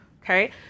Okay